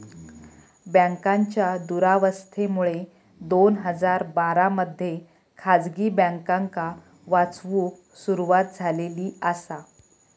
बँकांच्या दुरावस्थेमुळे दोन हजार बारा मध्ये खासगी बँकांका वाचवूक सुरवात झालेली आसा